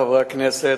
חברי חברי הכנסת,